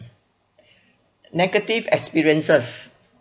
negative experiences